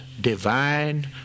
divine